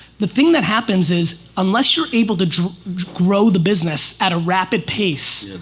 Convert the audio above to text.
the thing that happens is unless you're able to grow the business at a rapid pace.